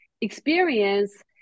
experience